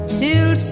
till